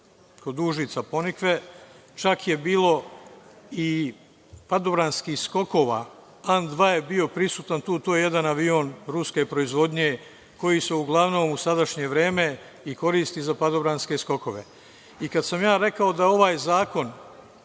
kod Užica „Ponikve“, čak je bilo i padobranskih skokova An-2 je bio prisutan. To je jedan avion ruske proizvodnje koji se uglavnom u sadašnje vreme i koristi za padobranske skokove. Kada sam ja rekao da ovaj zakon